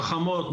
חכמות,